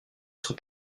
sont